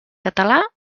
català